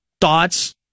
thoughts